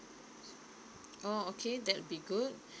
oh okay that will be good